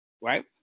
Right